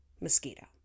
mosquito